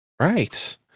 Right